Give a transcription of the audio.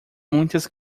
muitas